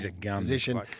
position